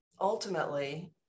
ultimately